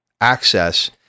access